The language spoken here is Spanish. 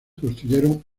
construyeron